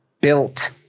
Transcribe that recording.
built